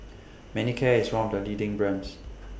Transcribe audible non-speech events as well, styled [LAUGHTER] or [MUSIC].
Manicare IS one of The leading brands [NOISE]